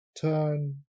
turn